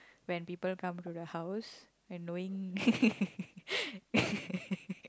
when people come to the house and knowing